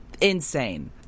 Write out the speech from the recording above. insane